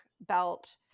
belt